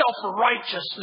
Self-righteousness